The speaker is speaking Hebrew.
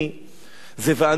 זה "ואני בתוך הגולה".